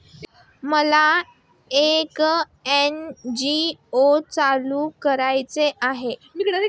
मला एक एन.जी.ओ चालू करायची आहे